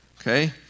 Okay